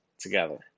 Together